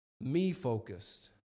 me-focused